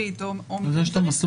על זה בכל מקרה